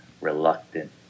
reluctant